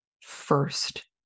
first